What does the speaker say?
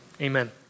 Amen